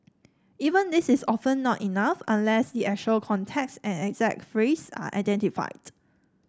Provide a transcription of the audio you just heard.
even this is often not enough unless the actual context and exact phrase are identified